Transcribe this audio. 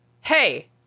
hey